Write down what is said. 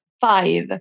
five